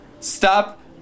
Stop